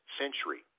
century